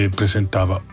presentava